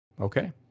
okay